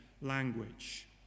language